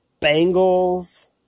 Bengals